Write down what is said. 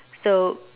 so